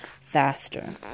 faster